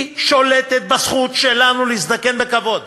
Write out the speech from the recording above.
היא שולטת בזכות שלנו להזדקן בכבוד.